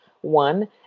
One